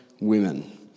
women